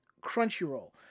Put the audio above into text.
Crunchyroll